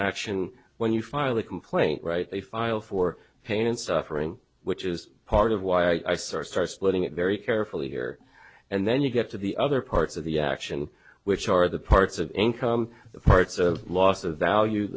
action when you file a complaint right they file for pain and suffering which is part of why i sort of start splitting it very carefully here and then you get to the other parts of the action which are the parts of income the parts of loss of value